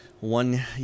one